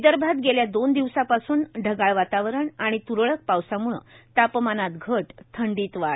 विदर्भात गेल्या दोन दिवसापासून ढगाळ वातावरण आणि त्रळक पावसाम्ळं तापमानात घट थंडीत वाढ